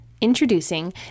Introducing